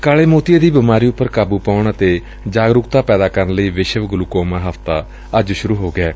ਕਾਲੇ ਮੋਤੀਏ ਦੀ ਬੀਮਾਰੀ ਉਪਰ ਕਾਬੁ ਪਾਉਣ ਅਤੇ ਜਾਗਰੁਕਤਾ ਪੈਦਾ ਕਰਨ ਲਈ ਵਿਸ਼ਵ ਗਲੁਕੋਮਾ ਹਫ਼ਤਾ ਅੱਜ ਸ਼ਰ ਹੋ ਗਿਐ